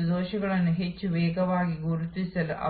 ಸೇವಾ ಶೈಲಿಯು ಅದನ್ನು ಹೇಗೆ ತಲುಪಿಸುತ್ತದೆ